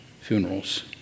funerals